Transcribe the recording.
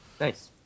Nice